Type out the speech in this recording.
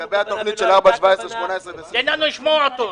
לגבי התוכנית של 4.17, 4.18. תן לנו לשמוע אותו.